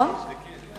אתה גם